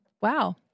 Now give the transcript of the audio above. Wow